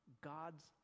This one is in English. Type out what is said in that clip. God's